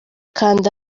kanda